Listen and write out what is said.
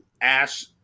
Ash